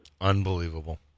Unbelievable